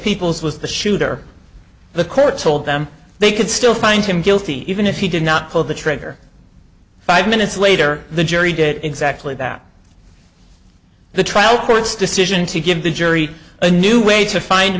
peoples was the shooter the court told them they could still find him guilty even if he did not pull the trigger five minutes later the jury did exactly that the trial court's decision to give the jury a new way to find